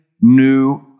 new